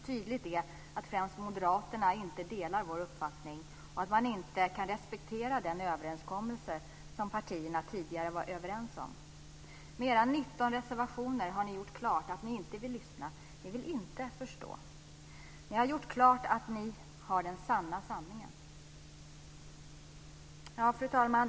Tydligt är att främst moderaterna inte delar vår uppfattning och att de inte kan respektera den överenskommelse som partierna tidigare var överens om. Med deras 19 reservationer har de gjort klart att de inte vill lyssna och inte vill förstå. De har gjort klart att de har den sanna sanningen.